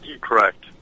Correct